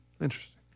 Interesting